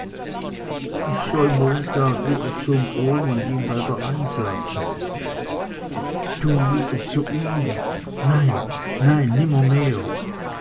ich soll montag wieder zum ohm und ihm bei der einsaat helfen du wieder zu ihm nein nein